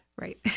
Right